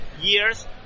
years